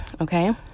Okay